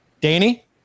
Danny